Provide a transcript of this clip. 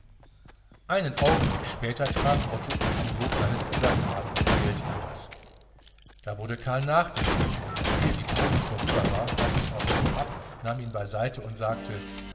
einen augenblick später traf otto im schulhof seinen bruder karl und erzählte ihm das da wurde karl nachdenklich und noch ehe die pause vorüber war faßte er otto ab nahm ihn beiseite und sagte